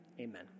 amen